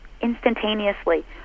instantaneously